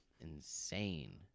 insane